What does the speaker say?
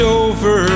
over